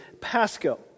pasco